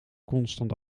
constant